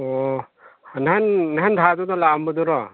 ꯑꯣ ꯅꯍꯥꯟ ꯅꯍꯥꯟ ꯊꯥꯗꯨꯗ ꯂꯥꯛꯑꯝꯕꯗꯨꯔꯣ